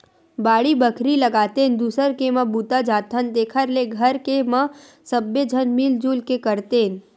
बाड़ी बखरी लगातेन, दूसर के म बूता जाथन तेखर ले घर के म सबे झन मिल जुल के करतेन